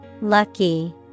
Lucky